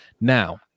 Now